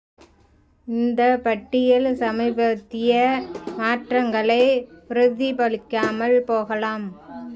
இந்தப் பட்டியல் சமீபத்திய மாற்றங்களை பிரதிபலிக்காமல் போகலாம்